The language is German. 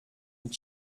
mit